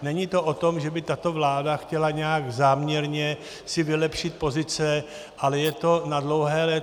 Není to o tom, že by si tato vláda chtěla nějak záměrně vylepšit pozice, ale je to na dlouhá léta.